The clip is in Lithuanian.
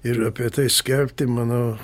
ir apie tai skelbti manau